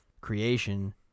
creation